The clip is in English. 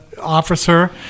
officer